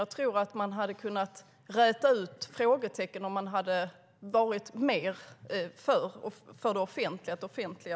Jag tror att man hade kunnat räta ut frågetecknen om man hade varit mer för att offentliggöra.